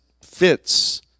fits